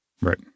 Right